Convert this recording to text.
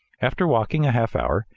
after walking a half hour,